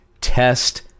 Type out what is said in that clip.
test